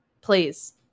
please